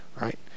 right